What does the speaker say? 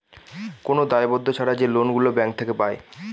কোন দায়বদ্ধ ছাড়া যে লোন গুলো ব্যাঙ্ক থেকে পায়